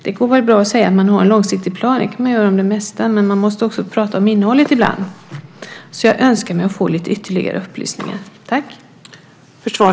Det går väl bra att säga att man har en långsiktig plan, det kan man göra om det mesta, men man måste också tala om innehållet ibland. Jag önskar alltså att få lite ytterligare upplysningar.